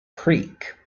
creek